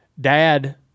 dad